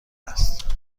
است